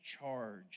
charge